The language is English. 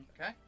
Okay